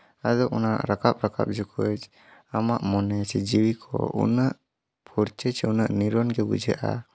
ᱟᱫᱚ ᱚᱱᱟ ᱨᱟᱠᱟᱵ ᱨᱟᱠᱟᱵ ᱡᱚᱠᱷᱚᱡ ᱟᱢᱟᱜ ᱢᱚᱱᱮ ᱥᱮ ᱡᱤᱣᱤ ᱠᱚ ᱩᱱᱟᱹᱜ ᱯᱷᱩᱨᱪᱟᱹ ᱪᱮ ᱩᱱᱟᱹᱜ ᱱᱤᱨᱟᱹᱱ ᱜᱮ ᱵᱩᱡᱷᱟᱹᱜᱼᱟ